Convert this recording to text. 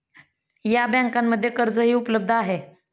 या बँकांमध्ये कर्जही उपलब्ध आहे